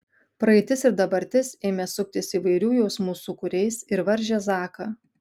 praeitis ir dabartis ėmė suktis įvairių jausmų sūkuriais ir varžė zaką